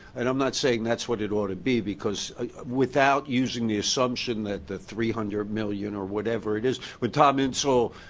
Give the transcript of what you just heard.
and um not saying that's what it ought to be because without using the assumption that three hundred million or whatever it is, when tom insel